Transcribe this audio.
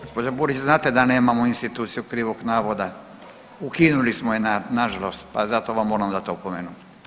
Gospođa Burić znate da nemamo instituciju krivog navoda, ukinuli smo je nažalost pa zato vam moram dati opomenu.